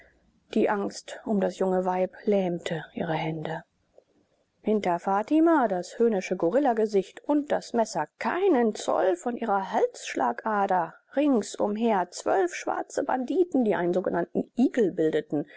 die angst um das junge weib lähmte ihre hände hinter fatima das höhnische gorillagesicht und das messer keinen zoll von ihrer halsschlagader ringsumher zwölf schwarze banditen die einen sogenannten igel bildeten